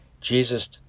Jesus